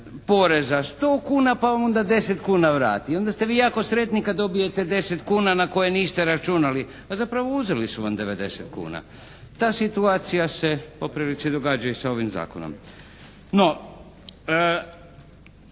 poreza 100 kuna, pa onda 10 kuna vrati, onda ste vi jako sretni kad dobijete 10 kuna na koje niste računali, a zapravo uzeli su vam 90 kuna. Ta situacija se po prilici događa i sa ovim Zakonom. No,